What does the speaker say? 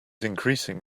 increasing